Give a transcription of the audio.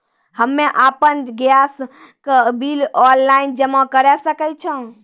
हम्मे आपन गैस के बिल ऑनलाइन जमा करै सकै छौ?